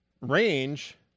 range